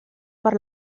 per